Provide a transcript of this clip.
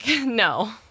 no